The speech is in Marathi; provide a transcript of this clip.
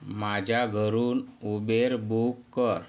माझ्या घरून उबेर बुक कर